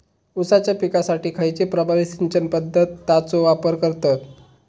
ऊसाच्या पिकासाठी खैयची प्रभावी सिंचन पद्धताचो वापर करतत?